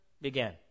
began